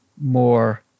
more